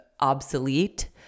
obsolete